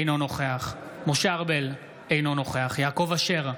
אינו נוכח משה ארבל, אינו נוכח יעקב אשר,